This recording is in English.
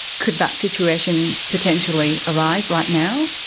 could that situation potentially arise right now?